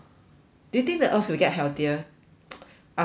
do you think the earth will get healthier after COVID